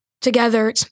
together